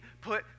put